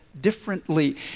differently